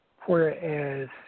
whereas